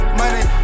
money